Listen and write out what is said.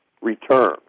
return